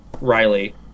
Riley